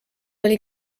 oli